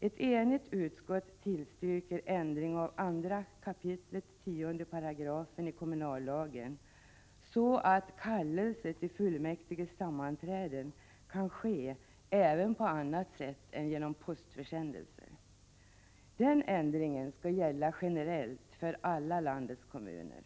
Ett enigt utskott tillstyrker ändring av 2 kap. 10 § i kommunallagen, så att kallelse till fullmäktiges sammanträden kan ske även på annat sätt än genom postförsändelser. Den ändringen skall gälla generellt för alla landets kommuner.